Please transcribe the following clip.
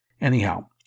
Anyhow